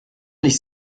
nicht